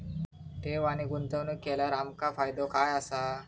ठेव आणि गुंतवणूक केल्यार आमका फायदो काय आसा?